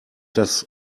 dass